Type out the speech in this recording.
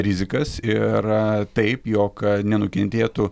rizikas ir taip jog nenukentėtų